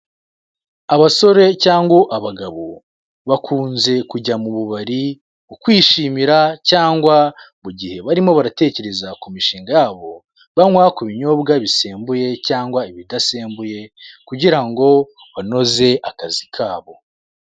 Abasore cyangwa abagabo bakunze kujya mu bubari mu kwishimira cyangwa mu gihe barimo baratekereza ku mishinga yabo banywa ku binyobwa bisembuye cyangwa ibidasembuye kugira ngo banoze akazi kabo.